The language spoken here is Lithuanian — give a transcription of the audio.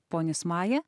ponis maja